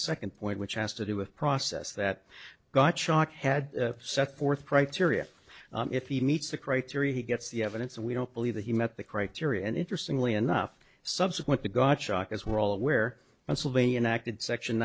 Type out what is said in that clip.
second point which has to do with process that got shot had set forth criteria if he meets the criteria he gets the evidence and we don't believe that he met the criteria and interestingly enough subsequently godschalk as we're all aware and sylvania and acted section